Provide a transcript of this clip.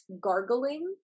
gargling